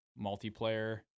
multiplayer